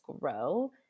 grow